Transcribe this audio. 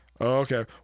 Okay